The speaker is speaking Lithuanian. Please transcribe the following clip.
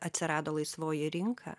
atsirado laisvoji rinka